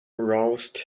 roused